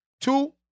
Two